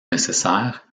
nécessaires